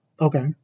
Okay